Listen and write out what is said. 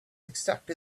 exactly